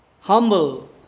humble